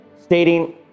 stating